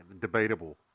Debatable